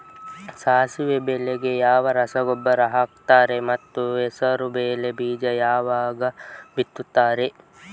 ಸಾಸಿವೆ ಬೆಳೆಗೆ ಯಾವ ರಸಗೊಬ್ಬರ ಹಾಕ್ತಾರೆ ಮತ್ತು ಹೆಸರುಬೇಳೆ ಬೀಜ ಯಾವಾಗ ಬಿತ್ತುತ್ತಾರೆ?